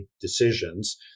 decisions